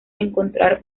encontrar